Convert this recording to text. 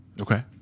Okay